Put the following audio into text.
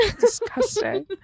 Disgusting